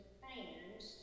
fans